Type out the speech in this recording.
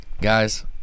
guys